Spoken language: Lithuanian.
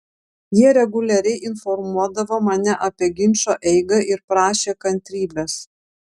jie reguliariai informuodavo mane apie ginčo eigą ir prašė kantrybės